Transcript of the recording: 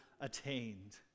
attained